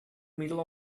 middle